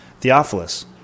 Theophilus